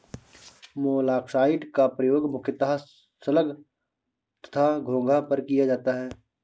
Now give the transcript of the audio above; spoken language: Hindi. मोलॉक्साइड्स का प्रयोग मुख्यतः स्लग तथा घोंघा पर किया जाता है